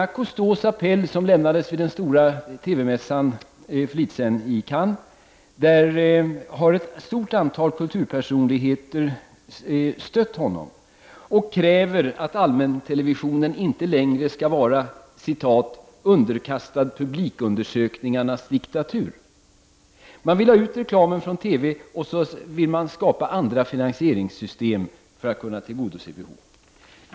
I Cousteaus appell vid den stora TV-mässan i Cannes för en tid sedan, som har stötts av ett stort antal kulturpersonligheter, krävs att allmäntelevisionen inte längre skall vara ”underkastad publikundersökningarnas diktatur”. Man vill ha ut reklamen från TV och skapa andra finansieringssystem för att kunna tillgodose behoven.